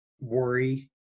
worry